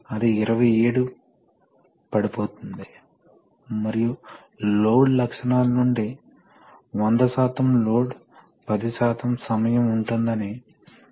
ఎందుకంటే నా ఉద్దేశ్యం వాల్యూమ్ మరియు ప్రెషర్ రెండూ మీకు అధిక వాల్యూమ్ మరియు అధిక ప్రెషర్ ఉంటే మీరు అధిక ఎనర్జీ కలిగి ఉంటారు